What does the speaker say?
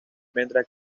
mientras